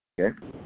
Okay